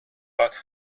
but